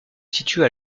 situe